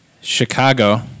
Chicago